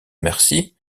mercie